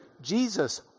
Jesus